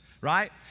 right